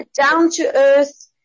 down-to-earth